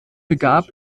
begab